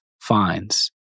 finds